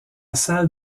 salle